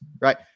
right